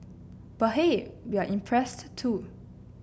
but hey we're impressed too